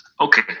Okay